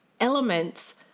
elements